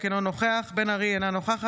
אינו נוכח יעקב אשר,